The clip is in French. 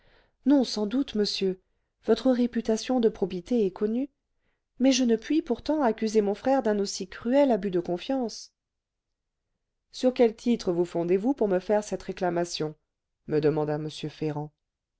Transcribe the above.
non sans doute monsieur votre réputation de probité est connue mais je ne puis pourtant accuser mon frère d'un aussi cruel abus de confiance sur quels titres vous fondez-vous pour me faire cette réclamation me demanda m ferrand